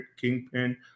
Kingpin